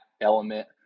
element